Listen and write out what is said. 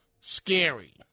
scary